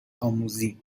آموزی